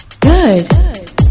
Good